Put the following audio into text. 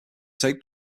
take